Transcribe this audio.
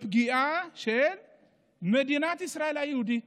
לפגיעה במדינת ישראל היהודית.